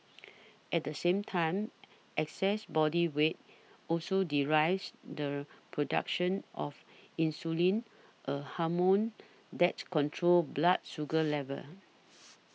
at the same time excess body weight also derives the production of insulin a hormone that controls blood sugar levels